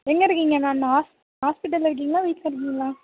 எங்கே இருக்கீங்க மேம் ஹாஸ் ஹாஸ்பிட்டலில் இருக்கீங்களா வீட்டில் இருக்கீங்களா